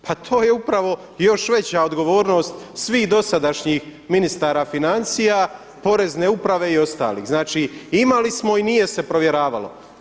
Pa to je upravo još veća odgovornost svih dosadašnjih ministara financija, porezne uprave i ostalih, znači imali smo i nije se provjeravalo.